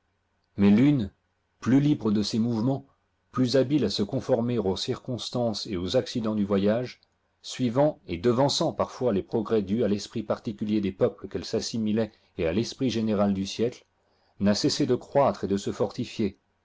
mais l'une plus libre de ses mouvements plus habile a se conformer aux circonstances et aux accidents du voyage suivant et devançant parfois les progrès dus à l'esprit particulier des peuples qu'elle s'assimilait et à l'esprit général du siècle n'a cessé de croître et de se fortifier